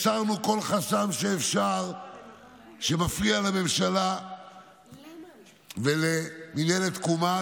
הסרנו כל חסם שאפשר שמפריע לממשלה ולמינהלת תקומה,